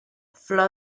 flor